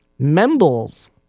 Membles